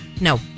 No